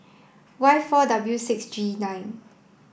Y four W six G nine